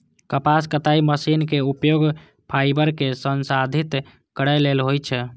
कपास कताइ मशीनक उपयोग फाइबर कें संसाधित करै लेल होइ छै